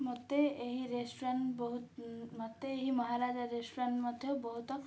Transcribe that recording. ମୋତେ ଏହି ରେଷ୍ଟୁରାଣ୍ଟ ବହୁତ ମୋତେ ଏହି ମହାରାଜା ରେଷ୍ଟୁରାଣ୍ଟ ମଧ୍ୟ ବହୁତ